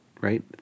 right